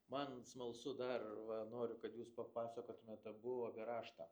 man smalsu dar va noriu kad jūs papasakotumėt abu apie raštą